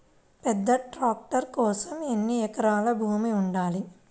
పెద్ద ట్రాక్టర్ కోసం ఎన్ని ఎకరాల భూమి ఉండాలి?